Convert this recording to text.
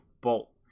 bolt